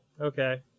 Okay